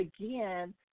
again